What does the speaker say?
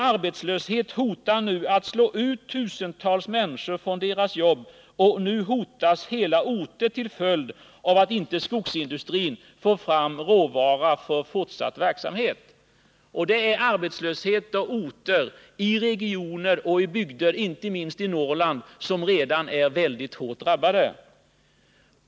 Arbetslöshet hotar nu att slå ut tusentals människor från deras jobb, och hela orter hotas till följd av att skogsindustrin inte får fram råvara för fortsatt | verksamhet. Det är arbetslöshet på orter i regioner och i bygder, inte minst i 197 Norrland, som redan är väldigt hårt drabbade.